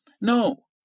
no